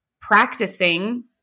practicing